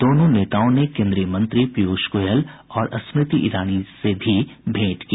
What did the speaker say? दोनों नेताओं ने केन्द्रीय मंत्री पीयूष गोयल और स्मृति ईरानी से भी भेंट की